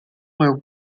were